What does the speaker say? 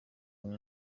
ubu